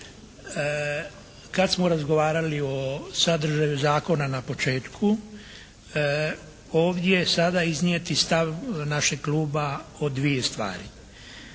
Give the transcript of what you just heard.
kad smo razgovarali o sadržaju zakona na početku, ovdje sada iznijeti stav našeg kluba o dvije stvari.